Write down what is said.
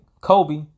Kobe